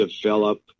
develop